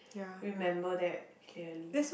remember that clearly